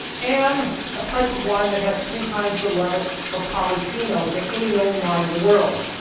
and ah type of wine that has three times the level of polyphenols than any known wine in the world.